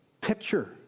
picture